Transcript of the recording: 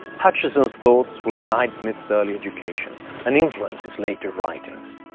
hutcheson's thoughts will guide smith's early education and influence his later writings.